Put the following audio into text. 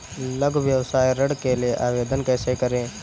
लघु व्यवसाय ऋण के लिए आवेदन कैसे करें?